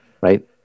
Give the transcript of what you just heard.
right